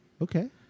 Okay